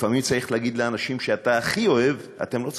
לפעמים צריך להגיד לאנשים שאתה הכי אוהב: אתם לא צודקים.